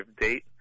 date